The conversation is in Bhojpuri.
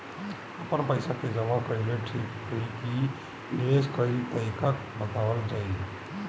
आपन पइसा के जमा कइल ठीक होई की निवेस कइल तइका बतावल जाई?